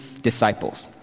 disciples